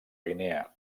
guinea